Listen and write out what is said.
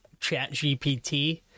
ChatGPT